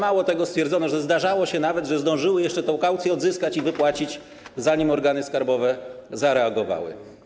Ba, mało tego, stwierdzono, że zdarzało się nawet, że zdążyły jeszcze tę kaucję odzyskać i wypłacić, zanim organy skarbowe zareagowały.